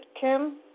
Kim